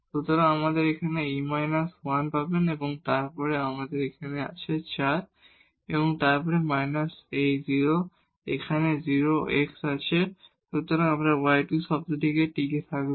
সুতরাং এখানে আপনি e − 1 পাবেন এবং তারপরে এখানে আমাদের আছে 4 তারপর মাইনাস 0 এখানে 0 x আছে শুধুমাত্র এই y2 টার্মটি থাকবে